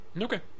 Okay